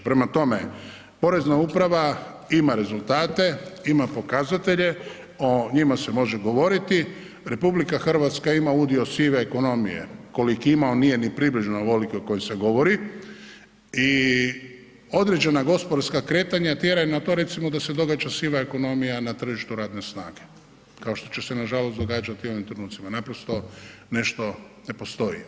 Prema tome, porezna uprava ima rezultate, ima pokazatelje, o njima se može govoriti, RH ima udio sive ekonomije koliki ima, on nije ni približno ovoliki o kojem se govori i određena gospodarska kretanja tjeraju na to recimo da se događa siva ekonomija na tržištu radne snage, kao što će se nažalost događati i u ovim trenucima, naprosto nešto ne postoji.